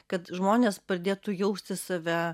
kad žmonės pradėtų jausti save